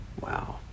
Wow